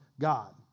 God